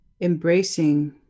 embracing